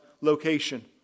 location